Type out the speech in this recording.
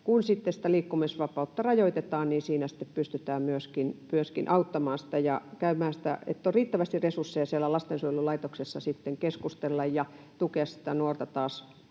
kun liikkumisvapautta rajoitetaan, siinä sitten pystytään myöskin auttamaan ja on riittävästi resursseja siellä lastensuojelulaitoksessa keskustella ja tukea sitä nuorta taas